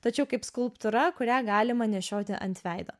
tačiau kaip skulptūra kurią galima nešioti ant veido